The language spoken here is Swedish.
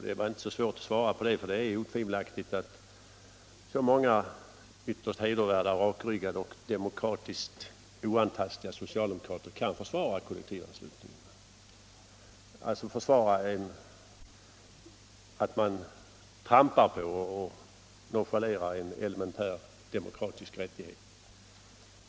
Det var inte så svårt att svara på det — det är otvivelaktigt det faktum att så många i övrigt ytterst hedervärda, rakryggade och demokratiskt oantastliga socialdemokrater kan försvara kollektivanslutningen, försvara att man trampar på och nonchalerar en elementär demokratisk rättighet.